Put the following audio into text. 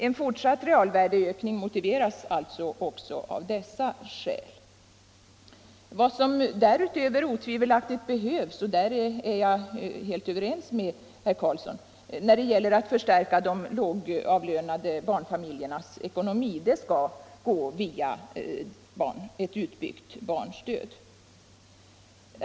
En fortsatt realvärdeökning motiveras alltså också av dessa skäl. Vad som därutöver otvivelaktigt behövs — därvidlag är jag helt överens med herr Karlsson i Huskvarna — när det gäller att förstärka de lågavlönade barnfamiljernas ekonomi skall gå via ett utbyggt barnstöd.